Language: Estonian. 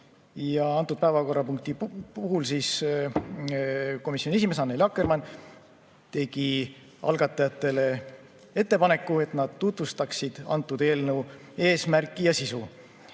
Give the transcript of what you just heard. Antud päevakorrapunkti puhul tegi komisjoni esimees Annely Akkermann algatajatele ettepaneku, et nad tutvustaksid eelnõu eesmärki ja sisu.